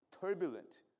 turbulent